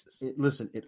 Listen